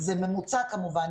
זה ממוצע כמובן,